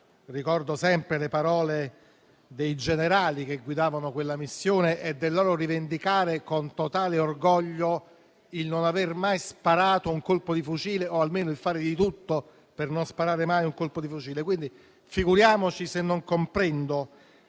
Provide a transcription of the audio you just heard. Ricordo sempre le parole dei generali che guidavano quella missione e il loro rivendicare, con totale orgoglio, il fatto di non aver mai sparato un colpo di fucile, o almeno il fare di tutto per non sparare mai un colpo di fucile: figuriamoci quindi se non comprendo